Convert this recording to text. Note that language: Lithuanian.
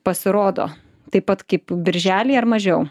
pasirodo taip pat kaip birželį ar mažiau